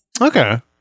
Okay